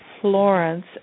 Florence